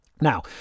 now